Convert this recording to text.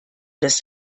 das